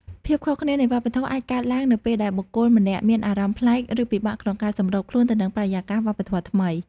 ភាពខុសគ្នានៃវប្បធម៌ អាចកើតឡើងនៅពេលដែលបុគ្គលម្នាក់មានអារម្មណ៍ប្លែក ឬពិបាកក្នុងការសម្របខ្លួនទៅនឹងបរិយាកាសវប្បធម៌ថ្មី។